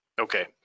Okay